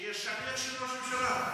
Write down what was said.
שיהיה שליח של ראש הממשלה.